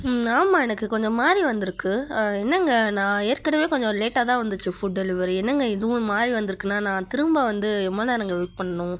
ம் ஆமாம் எனக்கு கொஞ்சம் மாறி வந்திருக்கு என்னங்க நான் ஏற்கனவே கொஞ்சம் லேட்டாகதான் வந்துச்சு ஃபுட் டெலிவரி என்னங்க இதுவும் மாறி வந்திருக்குனா நான் திரும்ப வந்து எம்மா நேரங்க வெயிட் பண்ணணும்